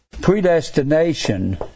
Predestination